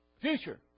Future